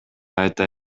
айта